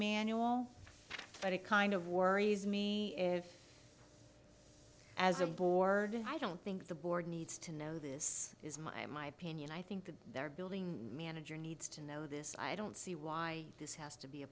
manual but it kind of worries me if as a board and i don't think the board needs to know this is my my opinion i think that they're building manager needs to know this i don't see why this has to be a